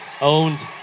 Owned